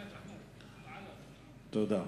תודה.